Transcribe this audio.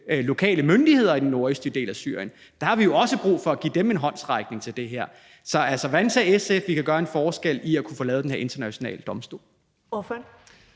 kurdiske myndigheder i den nordøstlige del af Syrien? Der har vi jo også brug for at give dem en håndsrækning til det her. Så hvordan ser SF, at vi kan gøre en forskel i at kunne få lavet den her internationale domstol?